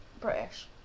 British